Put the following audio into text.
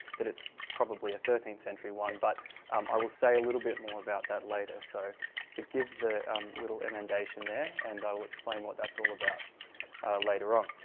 that it's probably a thirteenth century one but um i will say a little bit more about that later so forgive the little emendation there and i will explain what that's all about later on.